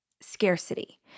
scarcity